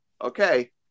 okay